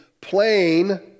plain